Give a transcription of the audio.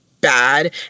bad